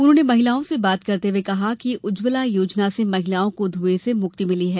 उन्होंने महिलाओं से बात करते हुए कहा है कि उज्जवला योजना से महिलाओं को धूंए से मुक्ति मिली है